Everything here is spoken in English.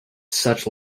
such